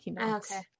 Okay